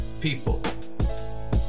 people